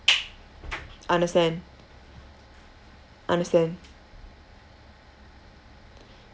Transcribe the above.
understand understand